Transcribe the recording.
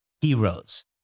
heroes